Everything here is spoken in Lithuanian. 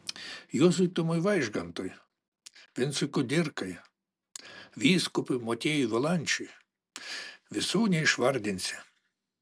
juozui tumui vaižgantui vincui kudirkai vyskupui motiejui valančiui visų neišvardinsi